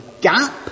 gap